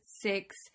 six